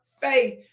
faith